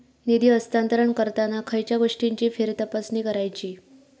निधी हस्तांतरण करताना खयच्या गोष्टींची फेरतपासणी करायची?